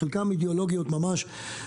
שחלקן אידאולוגיות ממש,